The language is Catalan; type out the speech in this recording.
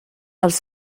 els